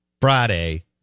Friday